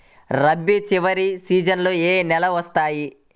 రబీ చివరి సీజన్లో ఏ నెలలు వస్తాయి?